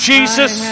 Jesus